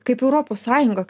kaip europos sąjunga